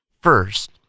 first